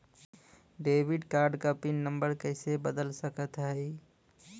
Debit card क pin number कइसे बदल सकत हई?